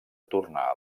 tornar